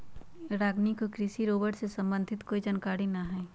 रागिनी को कृषि रोबोट से संबंधित कोई जानकारी नहीं है